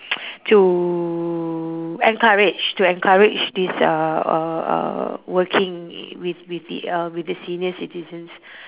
to encourage to encourage this uh uh uh working with with the uh with the senior citizens